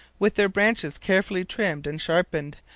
with their branches carefully trimmed and sharpened,